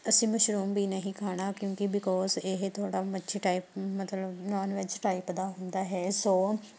ਅਸੀਂ ਮਸ਼ਰੂਮ ਵੀ ਨਹੀਂ ਖਾਣਾ ਕਿਉਂਕਿ ਬਿਕੌਸ ਇਹ ਥੋੜ੍ਹਾ ਮੱਛੀ ਟਾਈਪ ਮਤਲਬ ਨੌਨ ਵੇਜ ਟਾਈਪ ਦਾ ਹੁੰਦਾ ਹੈ ਸੋ